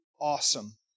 awesome